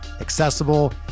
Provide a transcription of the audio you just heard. accessible